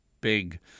big